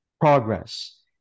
Progress